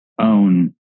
own